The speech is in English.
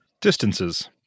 Distances